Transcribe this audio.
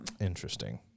interesting